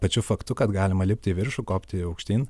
pačiu faktu kad galima lipti į viršų kopti aukštyn